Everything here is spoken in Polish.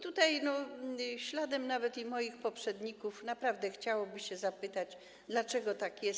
Tutaj śladem nawet moich poprzedników naprawdę chciałoby się zapytać, dlaczego tak jest.